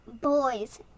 boys